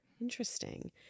Interesting